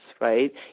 right